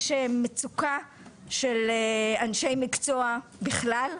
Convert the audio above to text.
יש מצוקה של אנשי מקצוע בכלל,